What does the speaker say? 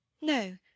No